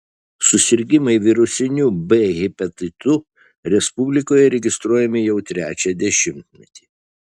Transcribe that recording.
susirgimai virusiniu b hepatitu respublikoje registruojami jau trečią dešimtmetį